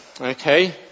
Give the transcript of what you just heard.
Okay